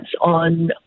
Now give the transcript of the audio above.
on